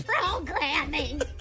Programming